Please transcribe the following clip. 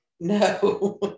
No